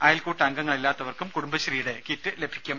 അയൽക്കൂട്ട അംഗങ്ങളല്ലാത്തവർക്കും കുടുംബശ്രീയുടെ കിറ്റ് ലഭിക്കും